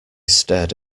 stared